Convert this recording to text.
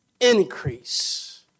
increase